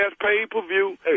pay-per-view